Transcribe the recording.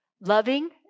loving